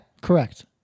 correct